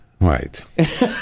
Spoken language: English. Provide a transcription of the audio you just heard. Right